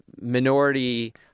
minority